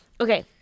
okay